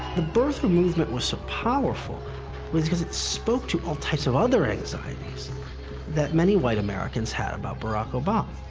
the birther movement was so powerful was because it spoke to all types of other anxieties that many white americans had about barack obama.